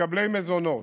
מקבלי מזונות,